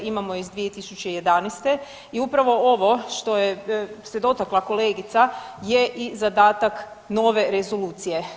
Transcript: Imamo iz 2011. i upravo ovo što je se dotakla kolegica je i zadatak nove rezolucije.